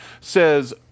says